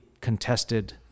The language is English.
contested